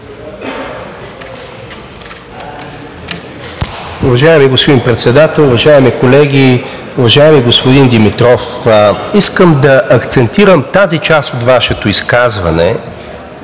Уважаеми господин Председател, уважаеми колеги! Уважаеми господин Димитров, искам да акцентирам върху тази част от Вашето изказване